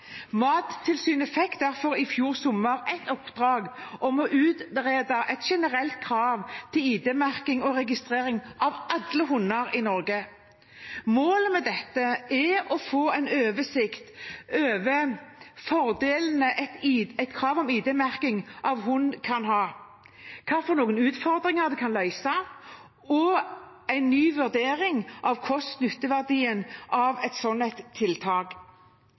Mattilsynet fikk derfor i fjor sommer et oppdrag om å utrede et generelt krav til ID-merking og registrering av alle hunder i Norge. Målet med dette er å få en oversikt over fordelene et krav om ID-merking av hund kan ha, og hvilke utfordringer det kan løse, og en ny vurdering av kost–nytte-verdien av et slikt tiltak. Et